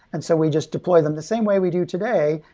and so we just deploy them the same way we do today.